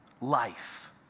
Life